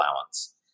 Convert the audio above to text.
allowance